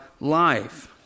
life